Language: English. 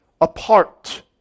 apart